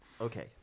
Okay